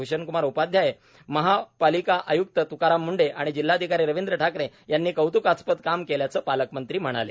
भूषणक्मार उपाध्याय महापालिका आय्क्त त्काराम म्ढे आणि जिल्हाधिकारी रवींद्र ठाकरे यांनी कौतुकास्पद काम केल्याचं पालकमंत्री म्हणाले